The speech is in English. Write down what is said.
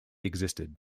existed